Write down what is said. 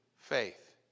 faith